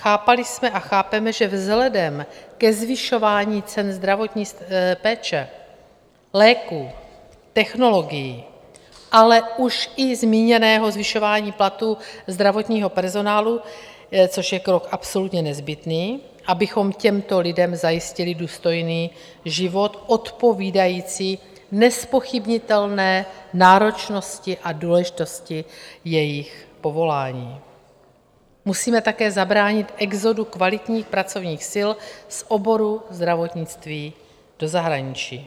Chápali jsme a chápeme, že vzhledem ke zvyšování cen zdravotní péče, léků, technologií, ale už i zmíněného zvyšování platů zdravotního personálu, což je krok absolutně nezbytný, abychom těmto lidem zajistili důstojný život odpovídající nezpochybnitelné náročnosti a důležitosti jejich povolání, musíme také zabránit exodu kvalitních pracovních sil z oboru zdravotnictví do zahraničí.